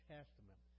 Testament